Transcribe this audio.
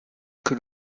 que